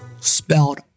spelled